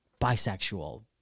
Bisexual